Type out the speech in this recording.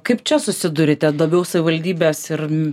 kaip čia susidurite daviau savivaldybės ir